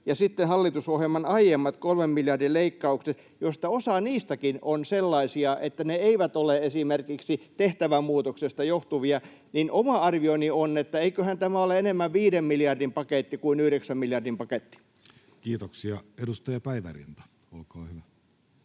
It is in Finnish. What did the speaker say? ja sitten hallitusohjelman aiemmat kolmen miljardin leikkaukset, joista osa niistäkin on sellaisia, että ne eivät ole esimerkiksi tehtävämuutoksesta johtuvia. Oma arvioni on, että eiköhän tämä ole enemmän viiden miljardin paketti kuin yhdeksän miljardin paketti. Kiitoksia. — Edustaja Päivärinta, olkaa hyvä.